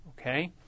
Okay